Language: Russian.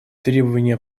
требования